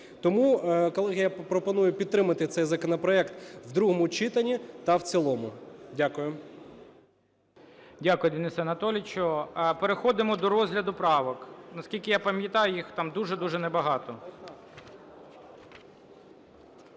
Тому, колеги, я пропоную підтримати цей законопроект в другому читанні та в цілому. Дякую. ГОЛОВУЮЧИЙ. Дякую, Денисе Анатолійовичу! Переходимо до розгляду правок. Наскільки я пам'ятаю, їх там дуже-дуже небагато.